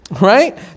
Right